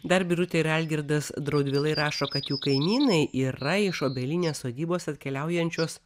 dar birutė ir algirdas draudvilai rašo kad jų kaimynai yra iš obelinės sodybos atkeliaujančios